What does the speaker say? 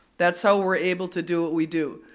that's how we're able to do what we do.